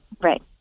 right